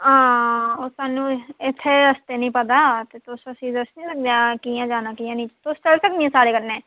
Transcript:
हां ओह् सानू इत्थें रस्ते नेईं पता ते तुस असें दस्सी सकने कियां जाना ते कि'यां नेईं तुस चली सकनी आं साढ़े कन्नै